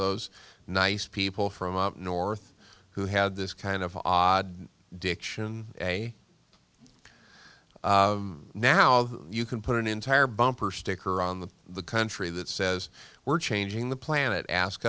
those nice people from up north who had this kind of odd diction a now you can put an entire bumper sticker on the the country that says we're changing the planet ask